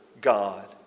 God